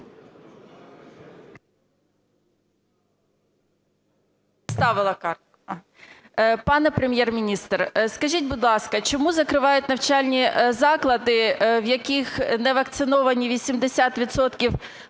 Пане Прем'єр-міністр, скажіть, будь ласка, чому закривають навчальні заклади, в яких не вакциновані 80 відсотків